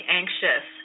anxious